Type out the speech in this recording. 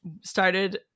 started